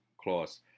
clause